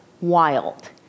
wild